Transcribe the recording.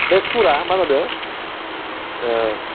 बे सुरा मा जादों